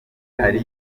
hari